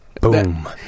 Boom